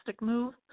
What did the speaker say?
move